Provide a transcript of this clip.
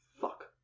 fuck